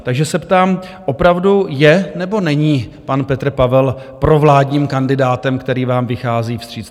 Takže se ptám: Opravdu je, nebo není pan Petr Pavel provládním kandidátem, který vám vychází vstříc?